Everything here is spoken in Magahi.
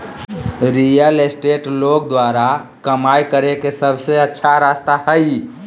रियल एस्टेट लोग द्वारा कमाय करे के सबसे अच्छा रास्ता हइ